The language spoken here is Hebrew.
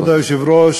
כבוד היושב-ראש,